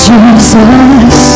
Jesus